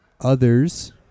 others